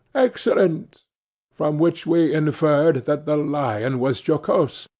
excellent from which we inferred that the lion was jocose,